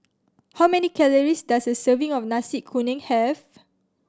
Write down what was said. how many calories does a serving of Nasi Kuning have